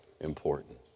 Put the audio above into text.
important